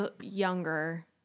younger